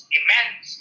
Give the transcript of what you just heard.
immense